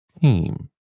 Team